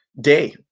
day